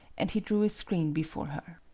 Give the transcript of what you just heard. and he drew a screen before her.